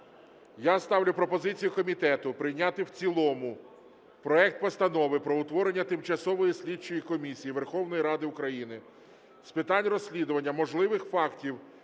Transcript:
Я ставлю пропозицію комітету прийняти в цілому проект Постанови про утворення Тимчасової слідчої комісії Верховної Ради України з питань розслідування можливих фактів